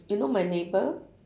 you know my neighbour